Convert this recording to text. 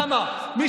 למה?